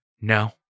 No